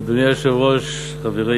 אדוני היושב-ראש, חברי